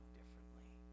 differently